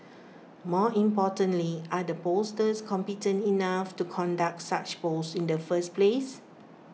more importantly are the pollsters competent enough to conduct such polls in the first place